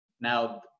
now